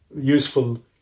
useful